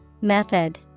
Method